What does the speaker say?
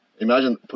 Imagine